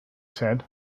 said